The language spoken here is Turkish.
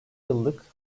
yıllık